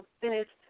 finished